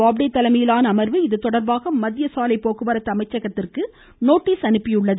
பாப்டே தலைமையிலான அமர்வு இதுதொடர்பாக மத்திய சாலை போக்குவரத்து அமைச்சகத்திற்கு நோட்டீஸ் அனுப்பியுள்ளது